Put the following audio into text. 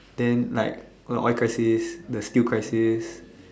then like all the oil crisis the steel crisis